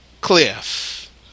cliff